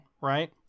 right